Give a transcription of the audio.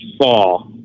fall